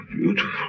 beautiful